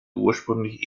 ursprünglich